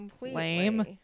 lame